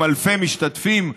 עם אלפי משתתפים,